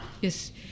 Yes